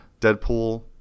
Deadpool